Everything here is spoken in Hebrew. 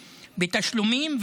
בתשלומים,